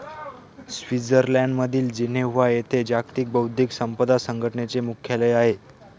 स्वित्झर्लंडमधील जिनेव्हा येथे जागतिक बौद्धिक संपदा संघटनेचे मुख्यालय आहे